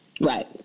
Right